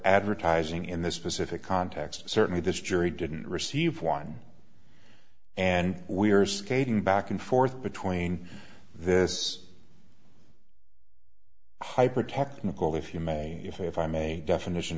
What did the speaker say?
advertising in this specific context certainly this jury didn't receive one and we are skating back and forth between this hyper technical if you may if i may definition